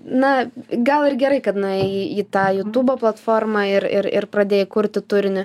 na gal ir gerai kad nuėjai į tą jutubo platformą ir ir ir pradėjai kurti turinį